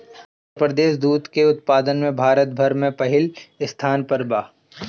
उत्तर प्रदेश दूध के उत्पादन में भारत भर में पहिले स्थान पर बा